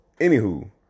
Anywho